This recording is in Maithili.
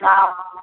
हँ हँ